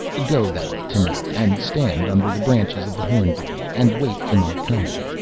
go thou to-night, and stand under the branches of the hornbeam, and wait for my coming.